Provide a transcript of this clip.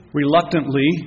reluctantly